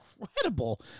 incredible